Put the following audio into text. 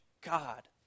God